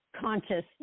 conscious